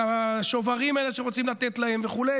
ולשוברים האלה שרוצים לתת להם וכו'